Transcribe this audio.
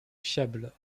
fiable